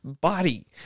body